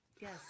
Yes